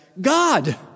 God